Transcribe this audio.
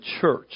church